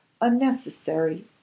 unnecessary